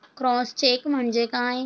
Cross check म्हणजे काय?